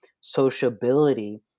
sociability